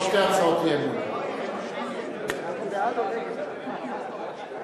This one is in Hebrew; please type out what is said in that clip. הצעת סיעת קדימה להביע אי-אמון בממשלה לא נתקבלה.